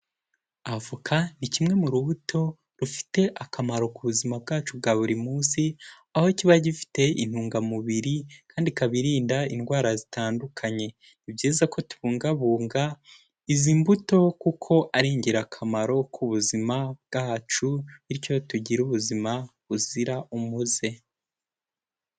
Avoka ni kimwe mu rubuto rufite akamaro ku buzima bwacu bwa buri munsi, aho kiba gifite intungamubiri kandi ikaba irinda indwara zitandukanye, ni byiza ko tubungabunga izi mbuto kuko ari ingirakamaro ku buzima bwacu bityo tugira ubuzima buzira umuze.